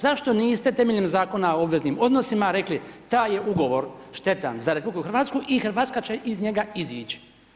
Zašto niste temeljem Zakona o obveznim odnosima, rekli taj je ugovor štetan za RH i Hrvatska će iz njega izići.